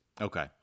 Okay